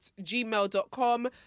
gmail.com